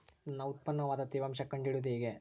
ನನ್ನ ಉತ್ಪನ್ನದ ತೇವಾಂಶ ಕಂಡು ಹಿಡಿಯುವುದು ಹೇಗೆ?